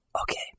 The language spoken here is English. okay